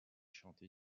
chantées